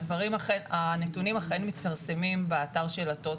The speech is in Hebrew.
הנתונים אכן מתפרסמים באתר של הטוטו,